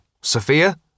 Sophia